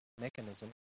mechanism